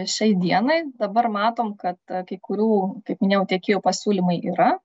šiai dienai dabar matom kad kai kurių kaip minėjau tiekėjų pasiūlymai yra